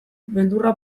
beldurra